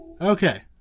Okay